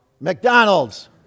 McDonald's